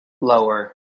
lower